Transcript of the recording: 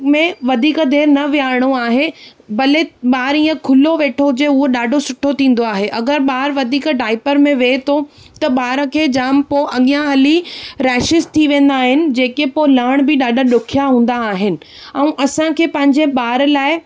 में वधीक देरि न वेहारणो आहे भले ॿारु ईअं खुलो वेठो हुजे उहो ॾाढो सुठो थींदो आहे अगरि ॿार वधीक डाइपर में वेहि थो त ॿार खे जाम पोइ अॻियां हली रैशेस थी वेंदा आहिनि जेको पोइ लहणु बि ॾाढा ॾुखिया हूंदा आहिनि ऐं असांखे पंहिंजे ॿार लाइ